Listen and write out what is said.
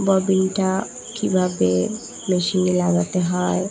ববিনটা কীভাবে মেশিনে লাগাতে হয়